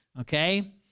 Okay